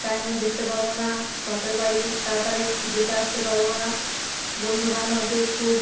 টাইমে দেখতে পাবো না বাপের বাড়ি তাড়াতাড়ি যেতে আসতে পারব না বন্ধুবান্ধবকে খুব